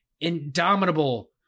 indomitable